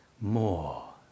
more